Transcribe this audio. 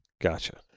Gotcha